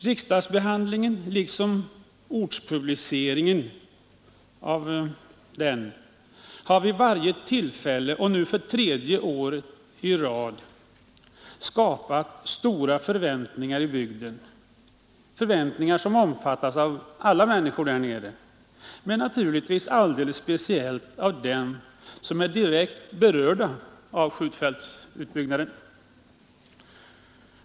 Riksdagsbehandlingen liksom den publicitet denna har fått på orten har vid varje tillfälle och nu för tredje året i rad skapat stora förväntningar i bygden. Dessa förväntningar omfattas av alla människor där nere men naturligtvis alldeles speciellt av dem som är direkt berörda av skjutfältsutbyggnaden.